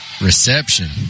reception